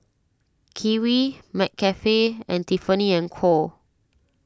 Kiwi McCafe and Tiffany and Co